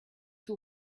two